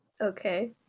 Okay